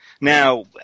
Now